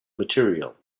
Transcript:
material